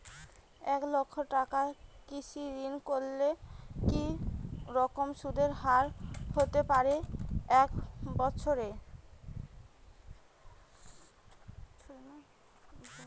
এক লক্ষ টাকার কৃষি ঋণ করলে কি রকম সুদের হারহতে পারে এক বৎসরে?